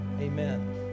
Amen